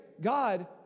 God